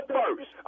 first